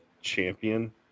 champion